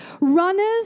runners